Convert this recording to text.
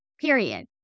period